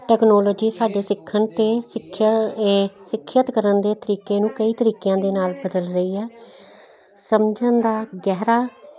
technology ਸਾਡੇ ਸਿੱਖਣ ਅਤੇ ਸਿੱਖਿਆ ਇਹ ਸਿੱਖਿਆ ਸਿੱਖਿਅਤ ਕਰਨ ਦੇ ਤਰੀਕੇ ਨੂੰ ਕਈ ਤਰੀਕਿਆਂ ਦੇ ਨਾਲ ਬਦਲ ਰਹੀ ਹੈ ਸਮਝਣ ਦਾ ਗਹਿਰਾ